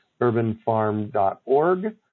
urbanfarm.org